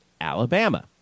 Alabama